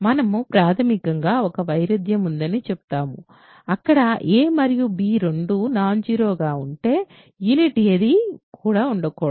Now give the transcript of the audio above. మనము ప్రాథమికంగా ఒక వైరుధ్యం ఉందని చెబుతాము అక్కడ a మరియు b రెండూ నాన్ జీరో గా ఉండే యూనిట్ ఏదీ కూడా ఉండకూడదు